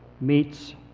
meets